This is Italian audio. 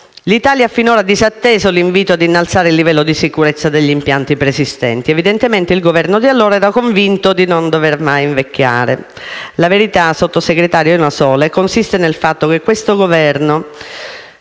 L'Italia ha, finora, disatteso l'invito ad innalzare il livello di sicurezza degli impianti preesistenti. Evidentemente, il Governo di allora era convinto di non dover mai invecchiare. La verità, signor Sottosegretario, è una sola e consiste nel fatto che questo Governo